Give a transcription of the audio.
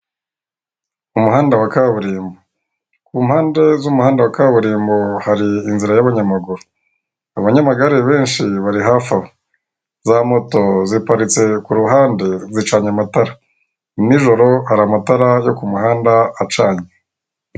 Umuhanda wa kaburimbo ku mpande z'umuhanda wa kaburimbo hari inzira y'abanyamaguru abanyamagare benshi bari hafi aho na moto ziparitse kuruhande zicanye amatara nijoro hari amatara yo kumuhanda acanye .